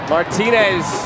Martinez